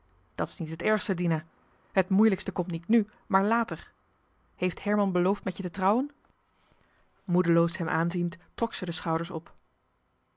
dat is niet het ergste dina het moeilijke komt niet nu maar later heeft herman beloofd met je te trouwen moedeloos hem aanziend trok ze de schouders op